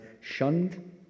shunned